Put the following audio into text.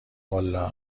والا